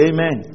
Amen